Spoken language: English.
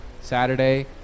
Saturday